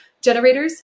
generators